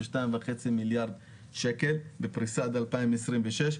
2.5 מיליארד שקל בפריסה עד 2026,